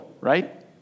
right